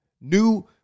new